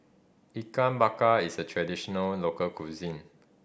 Ikan Bakar is a traditional local cuisine